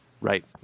Right